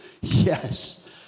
yes